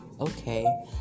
okay